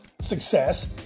success